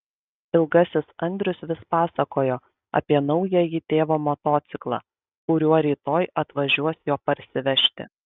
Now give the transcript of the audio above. ilgasis andrius vis pasakojo apie naująjį tėvo motociklą kuriuo rytoj atvažiuos jo parsivežti